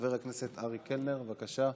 חבר הכנסת אריק קלנר, בבקשה.